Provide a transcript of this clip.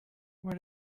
where